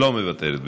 לא מוותרת.